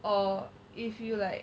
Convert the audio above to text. or if you like